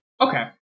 Okay